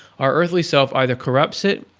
our earthly self either corrupts it,